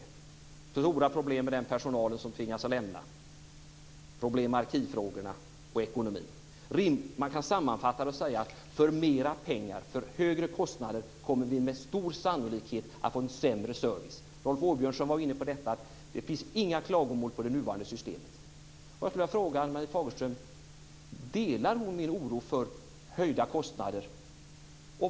Det är stora problem med den personal som tvingas att lämna, problem med arkivfrågorna och ekonomin. Man kan sammanfatta det med att säga att vi för mera pengar, för högre kostnader med stor sannolikhet kommer att få en sämre service. Rolf Åbjörnsson var inne på att det inte finns några klagomål på det nuvarande systemet. Jag skulle vilja fråga om Ann-Marie Fagerstöm delar min oro för höjda kostnader.